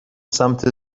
سمت